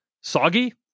soggy